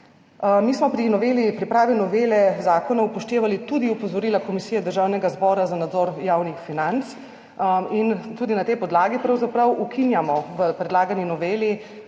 Mi smo pri pripravi novele zakona upoštevali tudi opozorila Komisije Državnega zbora za nadzor javnih financ. Tudi na tej podlagi pravzaprav ukinjamo v predlagani noveli